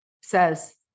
says